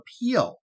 appeal